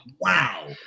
Wow